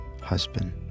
husband